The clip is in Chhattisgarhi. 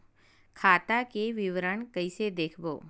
खाता के विवरण कइसे देखबो?